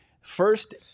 first